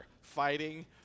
fighting